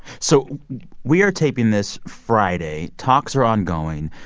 so we are taping this friday. talks are ongoing.